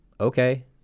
okay